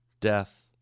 death